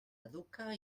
educa